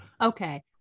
Okay